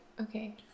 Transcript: okay